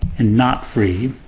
and not free.